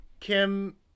Kim